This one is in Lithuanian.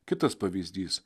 kitas pavyzdys